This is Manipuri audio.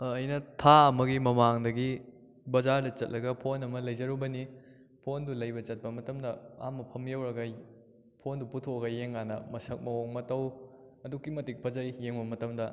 ꯑꯩꯅ ꯊꯥ ꯑꯃꯒꯤ ꯃꯃꯥꯡꯗꯒꯤ ꯕꯖꯥꯔꯗ ꯆꯠꯂꯒ ꯐꯣꯟ ꯑꯃ ꯂꯩꯖꯔꯨꯕꯅꯤ ꯐꯣꯟꯗꯨ ꯂꯩꯕ ꯆꯠꯄ ꯃꯇꯝꯗ ꯑꯥ ꯃꯐꯝ ꯌꯧꯔꯒ ꯐꯣꯟꯗꯨ ꯄꯨꯊꯣꯛꯂꯒ ꯌꯦꯡ ꯀꯥꯟꯗ ꯃꯁꯛ ꯃꯑꯣꯡ ꯃꯇꯧ ꯑꯗꯨꯛꯀꯤ ꯃꯇꯤꯛ ꯐꯖꯩ ꯌꯦꯡꯕ ꯃꯇꯝꯗ